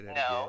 no